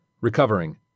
Recovering